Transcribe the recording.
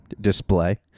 Display